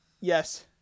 Yes